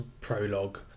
prologue